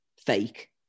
fake